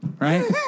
Right